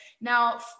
Now